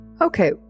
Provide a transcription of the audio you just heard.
Okay